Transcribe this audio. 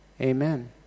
amen